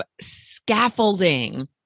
scaffolding